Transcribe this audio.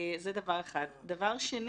חד משמעית.